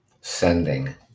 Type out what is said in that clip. sending